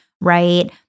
right